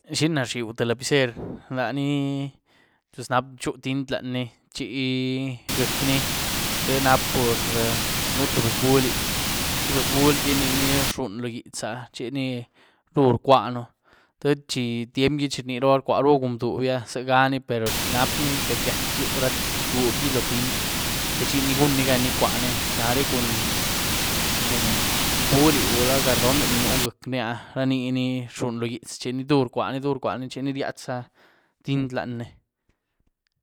¿Xina rzhíeu tïé lapicer? Lani pues nap´que gyú tin´t lanyní chi gyiec´ní ríhé nap´por nú tïé behz buuli, téh behz buulgí ni rxuny lo gyit´zá chini dur rcwaën te chi tyiémgí chi rnirabá rcwarabá cun bduúby áh zíeganí per nap´ní gaty-gaty yuu ra bduúdygí lo tin´t té chiní gunní gan icwaní. Nareh cun-cun bulí gula gardonde ní nú gyiec´ni áh raniní rxuny lo gyít´z chiní dur rcwaní-dur rcwaní chiní ryíatz´zá tin´t lanyní.